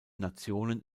nationen